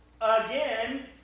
again